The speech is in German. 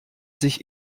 sich